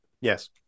Yes